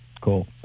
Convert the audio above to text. cool